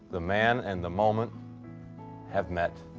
the man and the moment have met.